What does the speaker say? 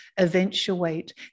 eventuate